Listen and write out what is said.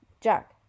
Jack